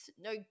no